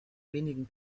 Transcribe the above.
wenigen